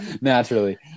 Naturally